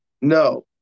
No